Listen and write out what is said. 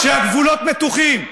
כשהגבולות מתוחים,